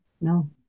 no